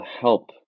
help